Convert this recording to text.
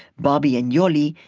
bobby and yoli,